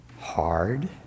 hard